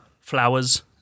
flowers